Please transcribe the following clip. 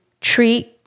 treat